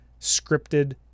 scripted